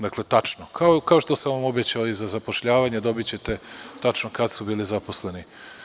Dakle, tačno, kao što sam vam obećao i za zapošljavanje, dobićete tačno kada su bili zaposleni.